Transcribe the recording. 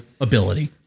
ability